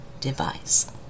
device